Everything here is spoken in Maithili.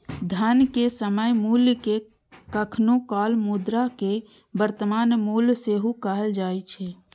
धनक समय मूल्य कें कखनो काल मुद्राक वर्तमान मूल्य सेहो कहल जाए छै